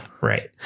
Right